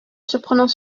surprenant